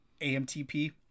AMTP